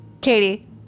Katie